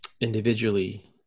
individually